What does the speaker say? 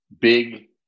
big